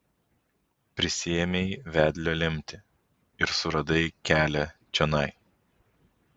prisiėmei vedlio lemtį ir suradai kelią čionai